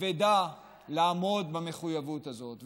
כבדה לעמוד במחויבות הזאת.